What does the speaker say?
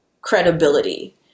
credibility